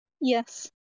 Yes